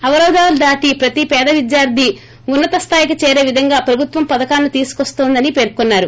అవరోధాలు దాటి ప్రతి పేద విద్యార్థి ఉన్నత స్థాయికి చేరే విధంగా ప్రభుత్వం పథకాలను తీసుకొస్తోందని పేర్కొన్నారు